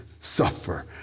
suffer